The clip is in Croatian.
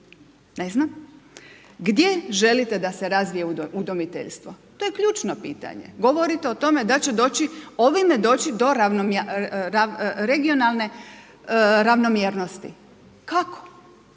Ne znam. Gdje želite da se razvije udomiteljstvo? To je ključno pitanje. Govorite o tome da će doći ovime do regionalne ravnomjernosti. Kako?